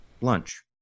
lunch